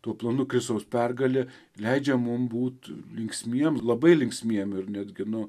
tuo planu kristaus pergale leidžia mum būt linksmiem labai linksmiem ir netgi nu